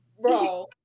Bro